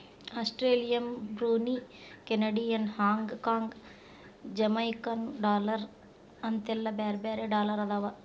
Australian Brunei Canadian Hong Kong Jamaican dollar ಅಂತೆಲ್ಲಾ ಬ್ಯಾರೆ ಬ್ಯಾರೆ ಡಾಲರ್ ಅದಾವ